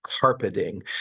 carpeting